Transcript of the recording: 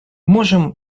можем